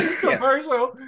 commercial